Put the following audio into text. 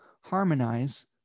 harmonize